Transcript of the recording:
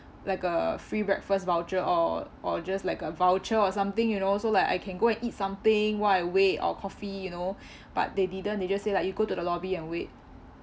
like a free breakfast voucher or or just like a voucher or something you know so like I can go and eat something while I wait or coffee you know but they didn't they just say like you go to the lobby and wait